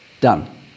Done